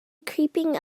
creeping